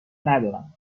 ندارم